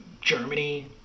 Germany